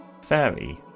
fairy